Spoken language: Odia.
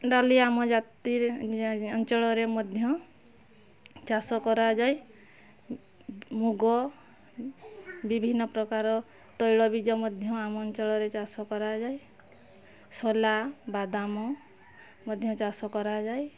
ଡାଲି ଆମ ଜାତିରେ ଅଞ୍ଚଳରେ ମଧ୍ୟ ଚାଷ କରାଯାଏ ମୁଗ ବିଭିନ୍ନ ପ୍ରକାର ତୈଳବୀଜ ମଧ୍ୟ ଆମ ଅଞ୍ଚଳରେ ଚାଷ କରାଯାଏ ଶଲା ବାଦାମ ମଧ୍ୟ ଚାଷ କରାଯାଏ